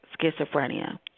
schizophrenia